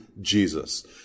Jesus